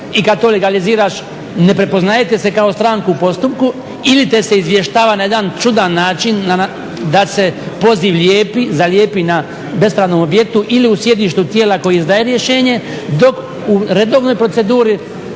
i kad to legaliziraš ne prepoznajete se kao stranka u postupku ili te se izvještava na jedan čudan način da se poziv lijepi, zalijepi na bespravnom objektu ili u sjedištu tijela koje izdaje rješenje, dok u redovnoj proceduri